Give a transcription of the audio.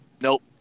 nope